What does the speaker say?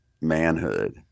manhood